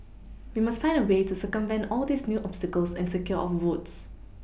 we must find a way to circumvent all these new obstacles and secure our votes